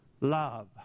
love